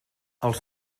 els